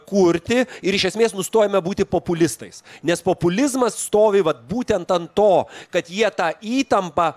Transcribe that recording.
kurti ir iš esmės nustojame būti populistais nes populizmas stovi vat būtent ant to kad jie tą įtampą